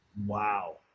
Wow